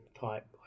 type